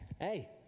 hey